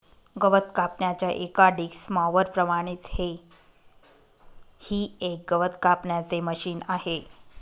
गवत कापण्याच्या एका डिक्स मॉवर प्रमाणेच हे ही एक गवत कापण्याचे मशिन आहे